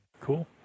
Cool